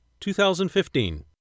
2015